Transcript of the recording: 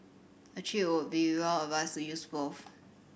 a cheat would be well advised to use both